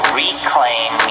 reclaim